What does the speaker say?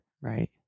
Right